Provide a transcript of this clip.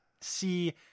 see